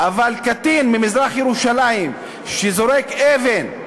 אבל קטין ממזרח-ירושלים שזורק אבן,